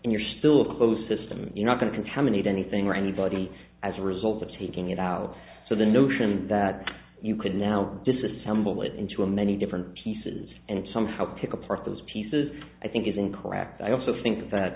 and you're still closed system you're not going to contaminate anything or anybody as a result of taking it out so the notion that you could now disassemble it into a many different pieces and somehow take apart those pieces i think is incorrect i also think that